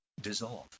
dissolve